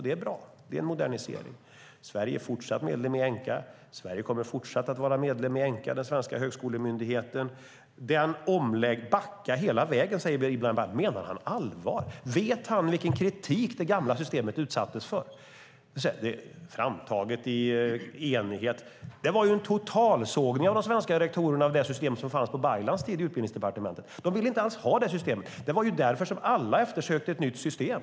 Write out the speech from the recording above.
Det är bra; det är en modernisering. Sverige är medlem i Enqa. Sverige och den svenska högskolemyndigheten kommer fortsatt att vara medlem i Enqa. Backa hela vägen, säger Ibrahim Baylan. Menar han allvar? Vet han vilken kritik det gamla systemet utsattes för? Man kan inte säga att det var framtaget i enighet. Det var ju en totalsågning från de svenska rektorerna av det system som fanns i utbildningsdepartementet på Baylans tid. De ville inte ha det systemet. Det var därför alla eftersökte ett nytt system.